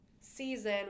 season